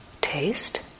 taste